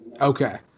Okay